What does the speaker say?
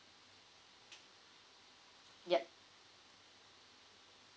yup